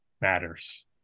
matters